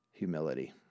humility